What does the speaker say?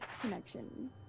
connection